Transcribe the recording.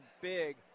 big